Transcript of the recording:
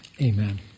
Amen